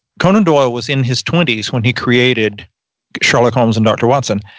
conan doyle was in his twenty s when he created sherlock holmes and dr. watson,